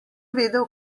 vedel